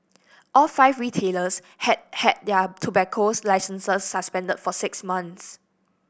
all five retailers have had their tobaccos licences suspended for six months